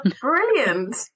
Brilliant